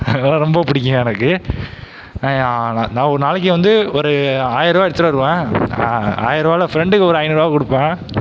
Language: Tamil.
அதனால ரொம்ப பிடிக்கும் எனக்கு நான் ஒரு நாளைக்கு வந்து ஒரு ஆயர்ருவா எடுத்துகிட்டு வருவேன் ஆயர்வால ஃப்ரெண்ட்டுக்கு ஒரு ஐநூறுவா கொடுப்பேன்